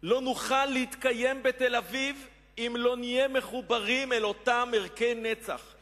לא נוכל להתקיים בתל-אביב אם לא נהיה מחוברים אל אותם ערכי נצח,